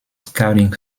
scouting